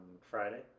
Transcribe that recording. Friday